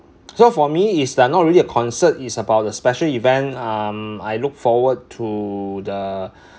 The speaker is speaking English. so for me it's not really a concert it's about the special event um I look forward to the